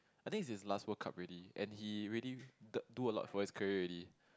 I think it's his last World Cup already and he already d~ do a lot for his career already